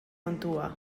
kontua